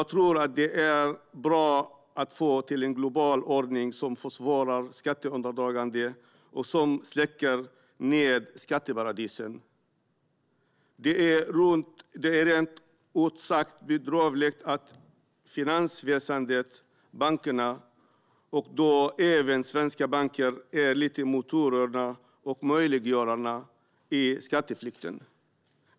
Jag tror att det är bra att få till en global ordning som försvårar skatteundandragande och som släcker ned skatteparadisen. Det är rent ut sagt bedrövligt att finansväsendet, bankerna - även svenska banker - är lite av motorerna och möjliggörarna i skatteflykten.